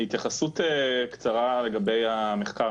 התייחסות קצרה לגבי המחקר.